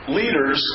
leaders